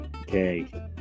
Okay